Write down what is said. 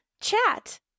chat